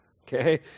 Okay